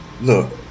look